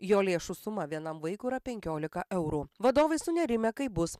jo lėšų suma vienam vaikui yra penkiolika eurų vadovai sunerimę kaip bus